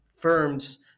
Firms